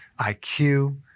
IQ